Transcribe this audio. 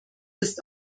ist